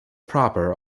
proper